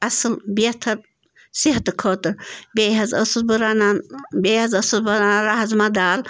اَصٕل بہتر صحتہٕ خٲطرٕ بیٚیہِ حظ ٲسٕس بہٕ رَنان بیٚیہِ حظ ٲسٕس بہٕ رَنان رازمہ دال